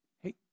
Hey